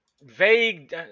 vague